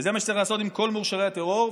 וזה מה שצריך לעשות עם כל מורשעי הטרור.